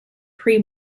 pre